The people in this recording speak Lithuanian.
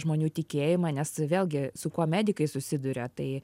žmonių tikėjimą nes vėlgi su kuo medikai susiduria tai